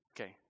Okay